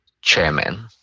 chairman